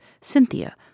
Cynthia